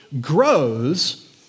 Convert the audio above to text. grows